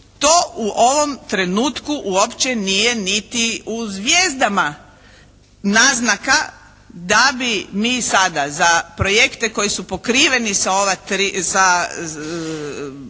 To u ovom trenutku uopće nije niti u zvijezdama naznaka da bi mi sada za projekte koji su pokriveni sa mogućnošću